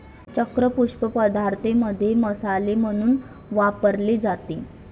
चक्र पुष्प पदार्थांमध्ये मसाले म्हणून वापरले जाते